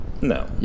no